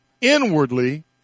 inwardly